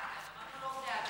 הם לא בני אדם.